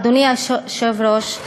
אדוני היושב-ראש,